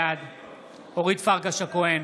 בעד אורית פרקש הכהן,